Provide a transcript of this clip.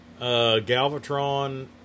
Galvatron